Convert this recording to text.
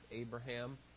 Abraham